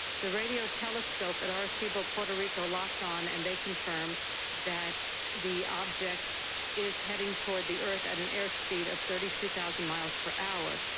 the radio telescope at arecibo, puerto rico, locked on and they confirm that the object is heading toward the earth at an air speed of thirty two thousand miles per hour.